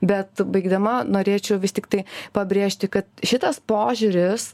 bet baigdama norėčiau vis tiktai pabrėžti kad šitas požiūris